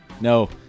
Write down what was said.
No